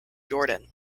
jordan